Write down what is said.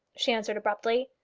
she answered abruptly.